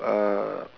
uh